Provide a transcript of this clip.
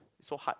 so hard